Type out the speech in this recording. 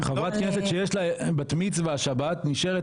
חברת כנסת שיש לה בת מצווה של הבת נשארת